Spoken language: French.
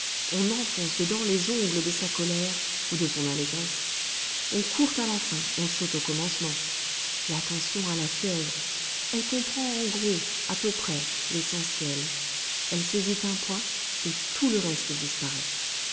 on enfonce dedans les ongles de sa colère ou de son allégresse on court à la fin on saute au commencement l'attention a la fièvre elle comprend en gros à peu près l'essentiel elle saisit un point et tout le reste disparaît